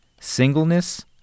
singleness